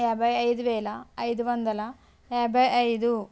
యాభై ఐదువేల ఐదువందల యాభై ఐదు